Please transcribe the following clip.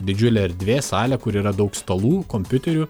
didžiulė erdvė salė kur yra daug stalų kompiuterių